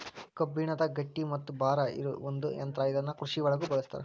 ಕಬ್ಬಣದ ಗಟ್ಟಿ ಮತ್ತ ಭಾರ ಇರು ಒಂದ ಯಂತ್ರಾ ಇದನ್ನ ಕೃಷಿ ಒಳಗು ಬಳಸ್ತಾರ